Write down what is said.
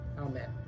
Amen